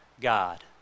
God